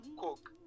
Coke